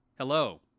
Hello